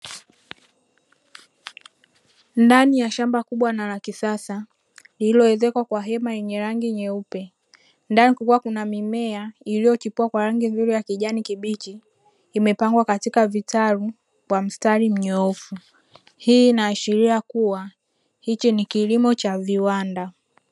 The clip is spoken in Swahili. Ndani ya shamba kubwa na la kisasa, lililoenekwa kwa hema yenye rangi nyeupe. Ndani kulikuwa kuna mimea iliyochipwa kwa rangi ya kijani kibichi, imepangwa katika vitalu kwa mistari mnyoofu. Hii inaashiria kuwa hichi ni kilimo cha viwanda.